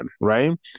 right